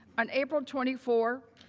on april twenty four,